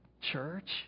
church